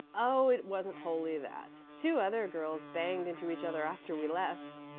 oh, it wasn't wholly that. two other girls banged into each other after we left.